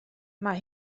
mae